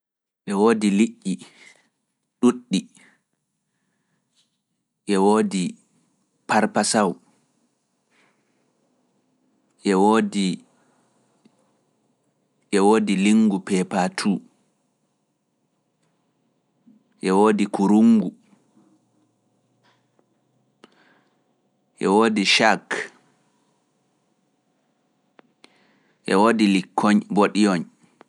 Ɗe woodi ɗuɗɗi, e woodi parpasaw, e woodi lingu pepatu, e woodi kurungu, e woodi lingu shark, e woodi likkoyn bodiyoyn.